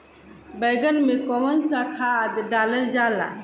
बैंगन में कवन सा खाद डालल जाला?